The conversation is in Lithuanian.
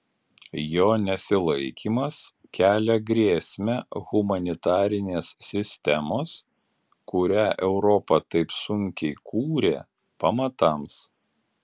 jo nesilaikymas kelia grėsmę humanitarinės sistemos kurią europa taip sunkiai kūrė pamatams